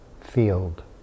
field